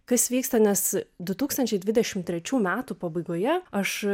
kas vyksta nes du tūkstančiai dvidešimt trečių metų pabaigoje aš